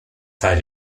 file